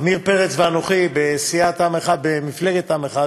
עמיר פרץ ואנוכי, בסיעת עם אחד, במפלגת עם אחד,